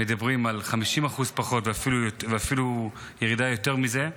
מדברים על 50% פחות ואפילו ירידה יותר מזה,